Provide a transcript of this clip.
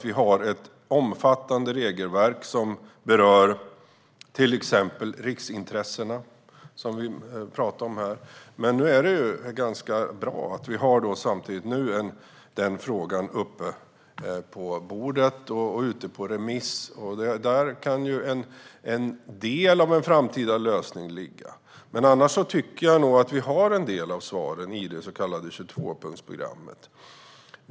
Vi har ett omfattande regelverk som berör till exempel riksintressena, som vi har talat om här. Samtidigt är det bra att frågan nu är uppe på bordet. Den är ute på remiss, och där kan en del av en framtida lösning ligga. Jag tycker att en del av svaren finns i det så kallade 22-punktsprogrammet.